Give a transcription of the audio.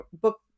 book